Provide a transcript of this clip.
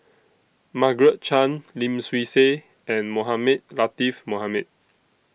Margaret Chan Lim Swee Say and Mohamed Latiff Mohamed